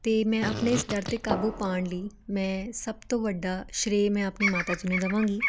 ਅਤੇ ਮੈਂ ਆਪਣੇ ਇਸ ਡਰ 'ਤੇ ਕਾਬੂ ਪਾਉਣ ਲਈ ਮੈਂ ਸਭ ਤੋਂ ਵੱਡਾ ਸ਼ਰੇਅ ਮੈਂ ਆਪਣੀ ਮਾਤਾ ਜੀ ਨੂੰ ਦੇਵਾਂਗੀ